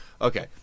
Okay